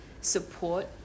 support